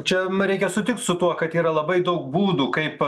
čia ma reikia sutikt su tuo kad yra labai daug būdų kaip